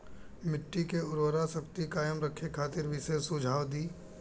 मिट्टी के उर्वरा शक्ति कायम रखे खातिर विशेष सुझाव दी?